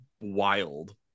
wild